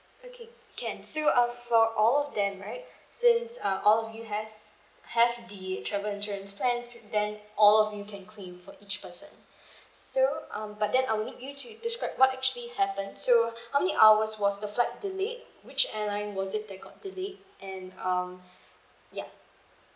okay can so uh for all of them right since uh all of you has have the travel insurance plan to then all of you can claim for each person so um but then I will need you to describe what actually happened so how many hours was the flight delayed which airline was it that got delayed and um yup